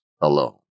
alone